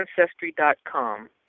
Ancestry.com